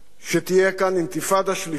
שתהיה כאן אינתיפאדה שלישית,